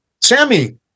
Sammy